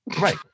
Right